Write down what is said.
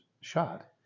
shot